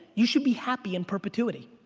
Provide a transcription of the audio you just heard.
you should be happy in perpetuity.